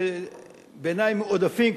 שבעיני הם מועדפים,